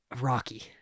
Rocky